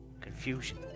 confusion